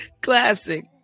Classic